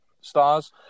stars